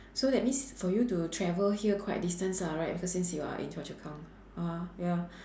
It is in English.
so that means for you to travel here quite a distance ah right because since you are in choa chu kang ah ya